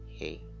hey